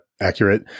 accurate